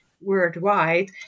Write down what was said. worldwide